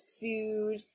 food